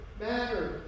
matter